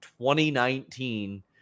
2019